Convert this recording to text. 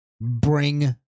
bring